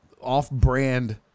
off-brand